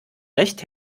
recht